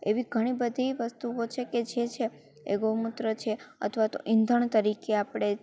એવી ઘણી બધી વસ્તુઓ છે કે જે છે એ ગૌમૂત્ર છે અથવા તો ઇંધણ તરીકે આપણે